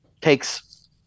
Takes